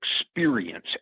experience